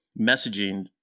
messaging